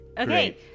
Okay